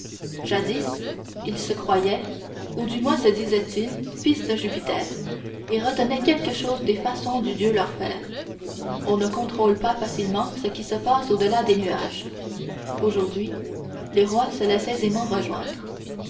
jadis ils se croyaient ou du moins se disaient fils de jupiter et retenaient quelque chose des façons du dieu leur père on ne contrôle pas facilement ce qui se passe au-delà des nuages aujourd'hui les rois se laissent aisément rejoindre